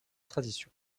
tradition